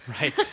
Right